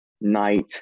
night